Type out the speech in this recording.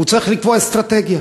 והוא צריך לקבוע אסטרטגיה,